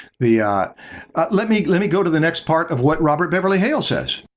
the ah let me let me go to the next part of what robert beverly hale says